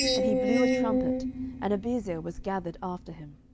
and he blew a trumpet and abiezer was gathered after him.